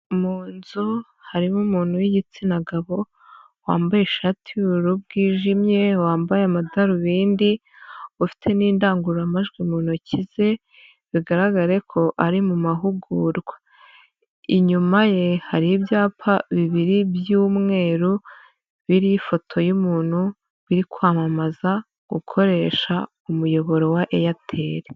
Mu nzu harimo umuntu w'igitsina gabo, wambaye ishati y'ubururu bwijimye, wambaye amadarubindi, ufite n'indangururamajwi mu ntoki ze, bigaragare ko ari mu mahugurwa, inyuma ye hari ibyapa bibiri by'umweru, biriho ifoto y'umuntu, biri kwamamaza gukoresha umuyoboro wa Airtel.